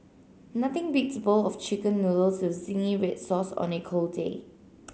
nothing beats a bowl of chicken noodles with zingy red sauce on a cold day